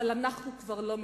אבל אנחנו כבר לא מבולבלים,